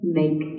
make